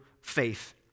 faith